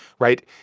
right?